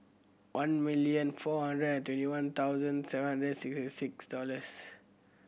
one million four hundred and twenty one thousand seven hundred and sixty six dollors